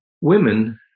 Women